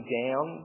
down